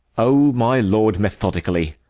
oh, my lord, methodically!